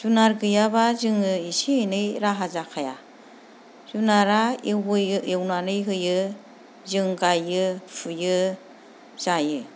जुनार गैयाब्ला जोङो एसे एनै राहा जाखाया जुनारा एवनानै होयो जों गायो फुयो जायो